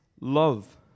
love